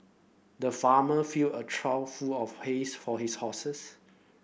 the farmer filled a trough full of hays for his horses